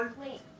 wait